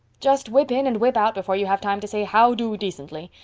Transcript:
just whip in and whip out before you have time to say how-do decently.